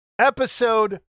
episode